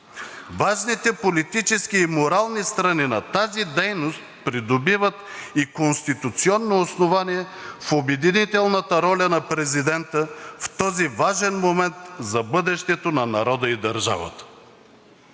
Важните политически и морални страни на тази дейност придобиват и конституционно основание в обединителната роля на президента в този важен момент за бъдещето на народа и държавата.